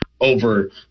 over